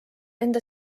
enda